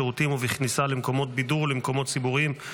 בשירותים ובכניסה למקומות בידור ולמקומות ציבוריים,